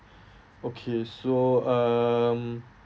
okay so um